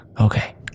Okay